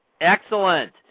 Excellent